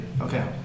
Okay